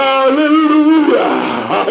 Hallelujah